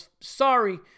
Sorry